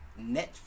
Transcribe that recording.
Netflix